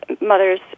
mothers